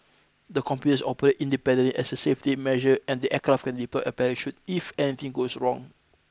the computers operate independently as a safety measure and the aircraft can deploy a parachute if anything goes wrong